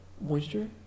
moisture